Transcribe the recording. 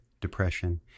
depression